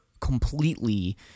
completely